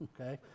okay